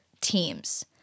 teams